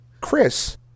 Chris